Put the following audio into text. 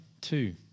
two